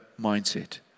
mindset